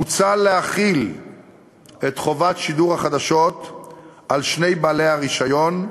מוצע להחיל את חובת שידור החדשות על שני בעלי הרישיון,